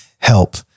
help